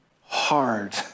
hard